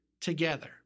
together